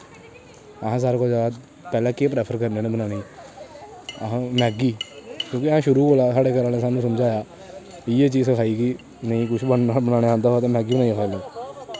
असें सारे कोला ज्यादा पैह्लें केह् प्रेफर करने होन्ने बनाने गी अस मैगी क्योंकि अस शुरू कोला साढ़े घरै आह्ले सानूंं समझाया इ'यै चीज सखाई कि नेईं कुछ बनाना आंदा होऐ ते मैगी बनाइयै खाई लैओ